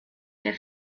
der